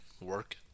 work